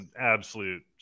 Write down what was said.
Absolute